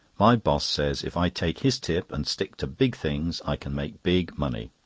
my boss says if i take his tip, and stick to big things, i can make big money!